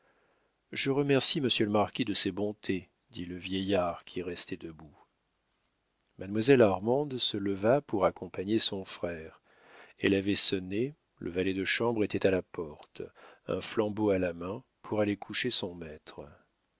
je remercie monsieur le marquis de ses bontés dit le vieillard qui restait debout mademoiselle armande se leva pour accompagner son frère elle avait sonné le valet de chambre était à la porte un flambeau à la main pour aller coucher son maître